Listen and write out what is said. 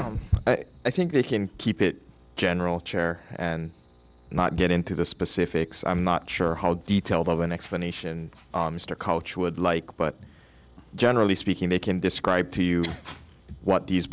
staff i think they can keep it general chair and not get into the specifics i'm not sure how detailed of an explanation mr culture would like but generally speaking they can describe to you what these